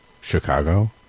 Chicago